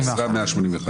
הצבעה ההסתייגות לא התקבלה.